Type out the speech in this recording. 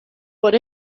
por